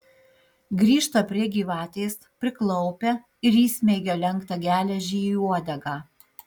grįžta prie gyvatės priklaupia ir įsmeigia lenktą geležį į uodegą